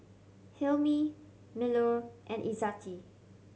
Hilmi Melur and Izzati